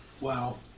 Wow